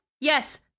Yes